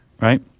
right